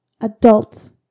adults